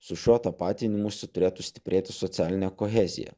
su šiuo tapatinimusi turėtų stiprėti socialinė kohezija